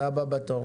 אתה הבא בתור.